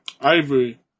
Ivory